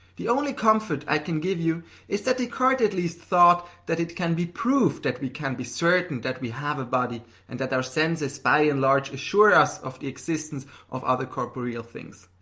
the only comfort i can give you is that descartes at least thought that it can be proved that we can be certain that we have a body and that our senses, by and large, assure us of the existence of other corporeal things,